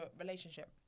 relationship